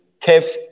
Kev